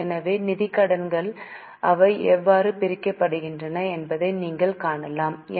எனவே நிதிக் கடன்கள் அவை எவ்வாறு பிரிக்கப்படுகின்றன என்பதை நீங்கள் காணலாம் என்